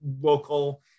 local